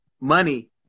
money